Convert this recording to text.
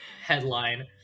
headline